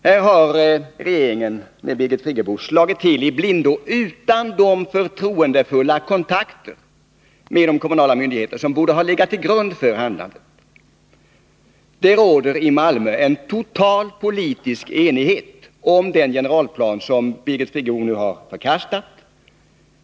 Här har regeringen med Birgit Friggebo i spetsen slagit till i blindo, utan de förtroendefulla kontakter med de kommunala myndigheterna som borde ha legat till grund för handlandet. Det råder i Malmö total politisk enighet om den generalplan som Birgit Friggebo nu har förkastat.